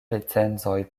recenzoj